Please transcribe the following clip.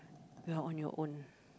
you're on your own